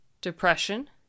depression